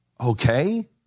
okay